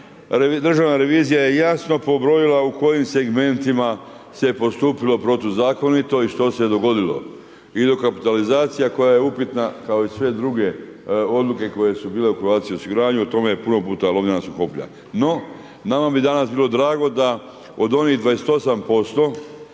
Državna revizija je jasno pobrojila u kojim segmentima se postupilo protuzakonito i što se je dogodilo. I dokapitalizacija koja je upitna, kao i sve druge odluke koje su bile u Croatia osiguranju, o tome, puno puta lomljena su koplja. No, nama bi danas bilo drago, da od onih 28%